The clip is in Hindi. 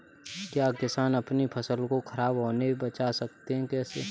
क्या किसान अपनी फसल को खराब होने बचा सकते हैं कैसे?